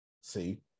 See